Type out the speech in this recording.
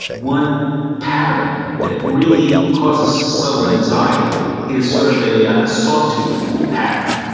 one pattern that really causes subtle anxiety is sort of a ah sawtooth pattern.